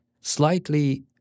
slightly